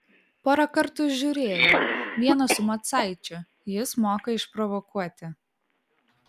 porą kartų žiūrėjau vieną su macaičiu jis moka išprovokuoti